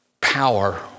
power